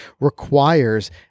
requires